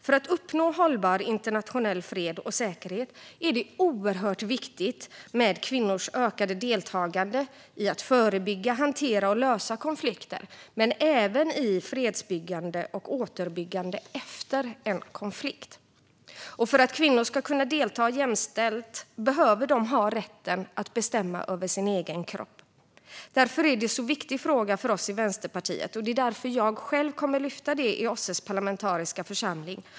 För att uppnå hållbar internationell fred och säkerhet är det oerhört viktigt med kvinnors ökade deltagande i att förebygga, hantera och lösa konflikter, men även i fredsbyggande och återuppbyggande efter en konflikt. För att kvinnor ska kunna delta jämställt behöver de ha rätten att bestämma över sina egna kroppar. Därför är detta en så viktig fråga för oss i Vänsterpartiet, därför kommer jag själv att lyfta det i OSSE:s parlamentariska församling.